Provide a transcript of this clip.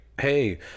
hey